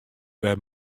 wer